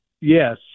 yes